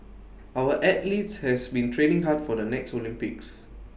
our athletes have been training hard for the next Olympics